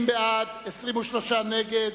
60 בעד, 23 נגד,